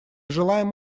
желаем